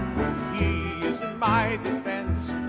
he is my defense,